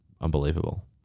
unbelievable